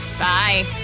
Bye